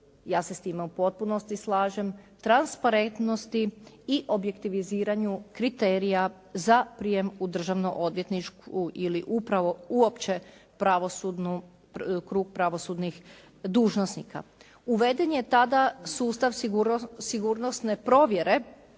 ja se s time u potpunosti slažem, transparentnosti i objektiviziranju kriterija za prijem u Državno odvjetništvo ili uopće u krug pravosudnih dužnosnika. Uveden je tada sustav sigurnosne provjere